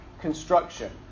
construction